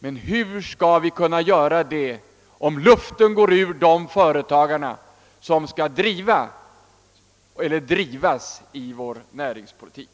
Men hur skall vi kunna göra det, om luften går ur de företagare som skall driva — eller drivas av — vår näringspolitik?